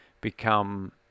become